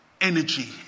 energy